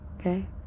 Okay